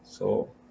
so